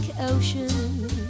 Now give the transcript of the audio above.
Ocean